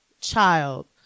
child